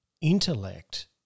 intellect